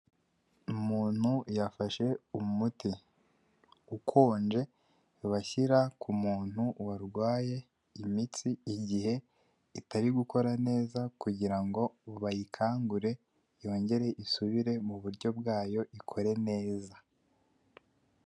Umuntu yafashe umuti ukonje bashyira ku muntu warwaye imitsi igihe itari gukora neza, kugirango ngo bayikangure yongere isubire muburyo bwayo ikore neza.